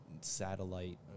satellite